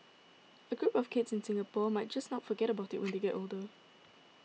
a group of kids in Singapore might just not forget about it when they get older